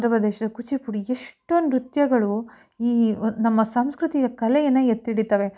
ಆಂಧ್ರ ಪ್ರದೇಶದ ಕೂಚಿಪೂಡಿ ಎಷ್ಟೊಂದು ನೃತ್ಯಗಳು ಈ ನಮ್ಮ ಸಂಸ್ಕೃತಿಯ ಕಲೆಯನ್ನು ಎತ್ತಿ ಹಿಡೀತವೆ